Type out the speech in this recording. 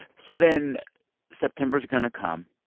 so then september's going to come.